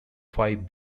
five